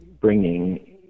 bringing